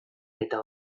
eta